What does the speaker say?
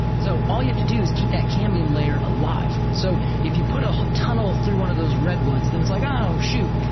so all you have to do is keep that cambium layer alive. so if you put a tunnel through one of those redwoods, then it's like, oh shoot!